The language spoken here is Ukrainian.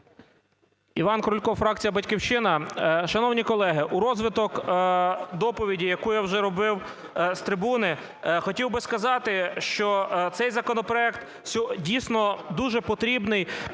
Іван крутько, фракція "Батьківщина". Шановні колеги, у розвиток доповіді, яку я вже робив з трибуни, хотів би сказати, що цей законопроект дійсно дуже потрібний